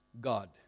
God